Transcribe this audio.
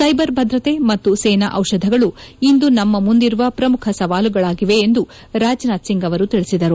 ಸ್ಟೆಬರ್ ಭದ್ರತೆ ಮತ್ತು ಸೇನಾ ಔಷಧಗಳು ಇಂದು ನಮ್ಮ ಮುಂದಿರುವ ಪ್ರಮುಖ ಸವಾಲುಗಳಾಗಿವೆ ಎಂದು ರಾಜನಾಥ್ ಸಿಂಗ್ ಅವರು ತಿಳಿಸಿದರು